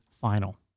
final